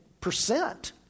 percent